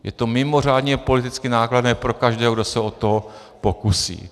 Je to mimořádně politicky nákladné pro každého, kdo se o to pokusí.